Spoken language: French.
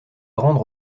rendre